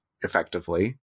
effectively